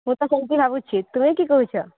ମୁଁ ତ ସେମିତି ଭାବୁଛି ତୁମେ କି କହୁଛ